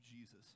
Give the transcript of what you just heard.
Jesus